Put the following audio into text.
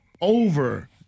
over